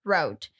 Road